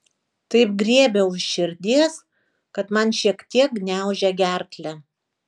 taip griebia už širdies kad man šiek tiek gniaužia gerklę